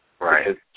Right